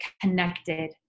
connected